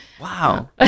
wow